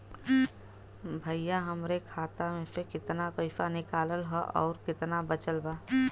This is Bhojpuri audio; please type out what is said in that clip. भईया हमरे खाता मे से कितना पइसा निकालल ह अउर कितना बचल बा?